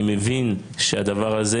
אני מבין שהדבר הזה,